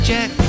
Jack